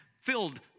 filled